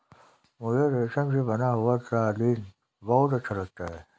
मुझे रेशम से बना हुआ कालीन बहुत अच्छा लगता है